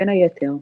בין היתר,